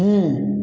ହେଁ